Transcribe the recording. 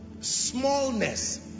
Smallness